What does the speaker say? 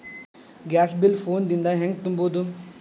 Gas bill phone ದಿಂದ ಹ್ಯಾಂಗ ತುಂಬುವುದು?